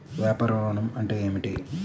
వ్యాపార ఋణం అంటే ఏమిటి?